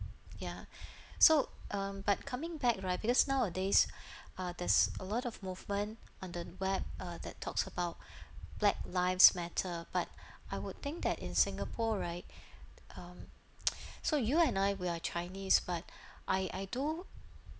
ya so um but coming back right because nowadays uh there's a lot of movement under the web uh that talks about black lives matter but I would think that in singapore right um so you and I we are chinese but I I do